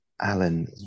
Alan